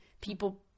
people